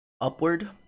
upward